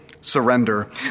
surrender